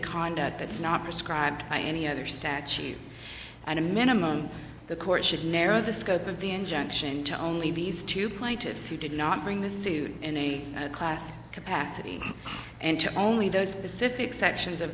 conduct it's not prescribed by any other statute and a minimum the court should narrow the scope of the injunction to only these two plaintiffs who did not bring the suit in a class capacity and to only those pacific sections of